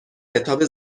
کتاب